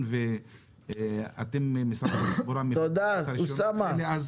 תודה רבה.